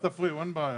אז תפריעו, אין בעיה.